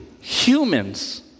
Humans